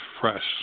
fresh